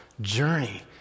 journey